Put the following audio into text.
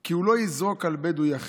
כי הוא לא יזרוק על בדואי אחר.